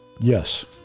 Yes